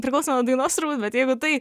priklauso nuo dainos turbūt bet jeigu tai